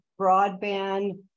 broadband